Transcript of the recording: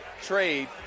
trade